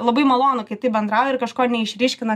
labai malonu kai taip bendrauja ir kažko neišryškina